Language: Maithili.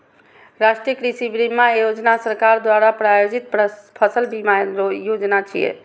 राष्ट्रीय कृषि बीमा योजना सरकार द्वारा प्रायोजित फसल बीमा योजना छियै